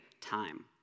time